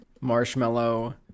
marshmallow